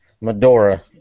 Medora